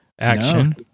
action